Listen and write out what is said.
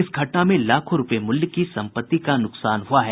इस घटना में लाखों रूपये मूल्य की सम्पत्ति का नुकसान हुआ है